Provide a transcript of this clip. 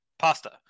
Pasta